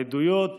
העדויות